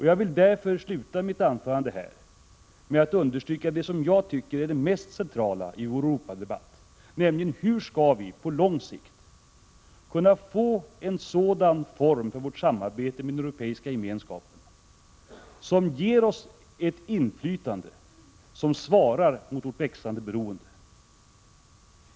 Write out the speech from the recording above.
Jag vill därför sluta mitt anförande med att understryka det som jag tycker är det mest centrala i vår Europadebatt, nämligen hur vi på lång sikt skall kunna få en sådan form för vårt samarbete med den Europeiska gemenskapen att det ger oss ett inflytande som svarar mot vårt växande beroende.